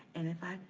and if i,